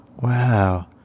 Wow